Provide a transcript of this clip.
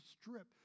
strip